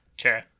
Okay